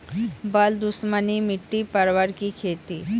बल दुश्मनी मिट्टी परवल की खेती?